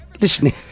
listening